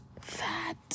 fat